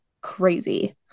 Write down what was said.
crazy